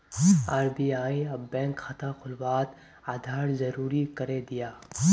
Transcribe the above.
RBI अब bank खाता खुलवात आधार ज़रूरी करे दियाः